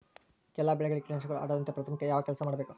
ಎಲ್ಲ ಬೆಳೆಗಳಿಗೆ ಕೇಟನಾಶಕಗಳು ಹರಡದಂತೆ ಪ್ರಾಥಮಿಕ ಯಾವ ಕೆಲಸ ಮಾಡಬೇಕು?